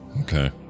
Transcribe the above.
Okay